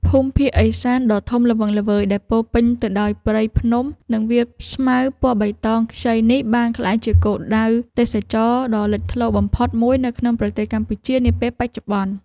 ភូមិភាគឦសានដ៏ធំល្វឹងល្វើយដែលពោរពេញទៅដោយព្រៃភ្នំ និង វាលស្មៅពណ៌បៃតងខ្ចីនេះបានក្លាយជាគោលដៅទេសចរណ៍ដ៏លេចធ្លោបំផុតមួយនៅក្នុងប្រទេសកម្ពុជានាពេលបច្ចុប្បន្ន។